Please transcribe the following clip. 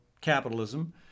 capitalism